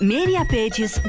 Mediapages